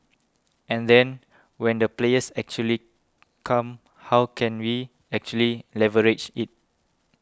and then when the players actually come how can we actually leverage it